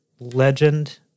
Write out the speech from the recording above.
legend